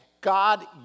God